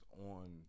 on